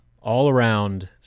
all-around